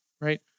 right